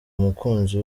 umukunzi